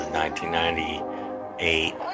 1998